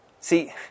See